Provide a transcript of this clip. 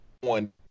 one